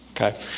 Okay